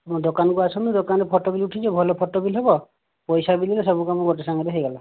ଦୋକାନ କୁ ଆସନ୍ତୁ ଦୋକାନରେ ଫୋଟୋ ବି ଉଠିଯିବ ଭଲ ଫୋଟୋ ବି ହେବ ପଇସା ଦେଲେ ବି ସବୁକାମ ଗୋଟିଏ ସାଙ୍ଗରେ ହୋଇଗଲା